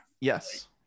yes